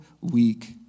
week